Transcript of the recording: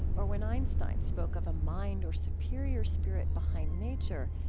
or when einstein spoke of a mind or superior spirit behind nature,